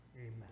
amen